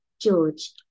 George